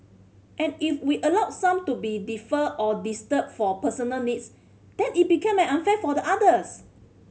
and if we allow some to be deferred or disrupted for personal needs then it become unfair for the others